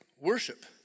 worship